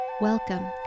Welcome